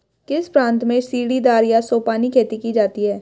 किस प्रांत में सीढ़ीदार या सोपानी खेती की जाती है?